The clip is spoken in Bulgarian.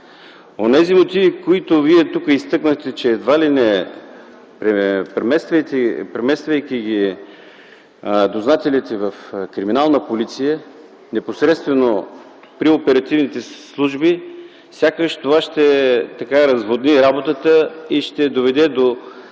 Мотивите, които Вие изтъкнахте тук, че едва ли не премествайки дознателите в „Криминална полиция”, непосредствено при оперативните служби, сякаш това ще разводни работата и ще доведе до